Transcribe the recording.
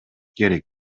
керек